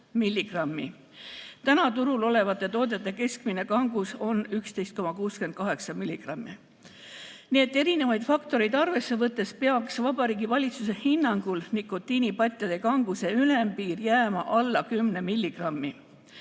Täna turul olevate toodete keskmine kangus on 11,68 milligrammi. Nii et erinevaid faktoreid arvesse võttes peaks Vabariigi Valitsuse hinnangul nikotiinipatjade kanguse ülempiir jääma alla 10